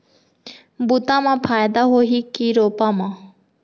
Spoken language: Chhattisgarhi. बुता म फायदा होही की रोपा म?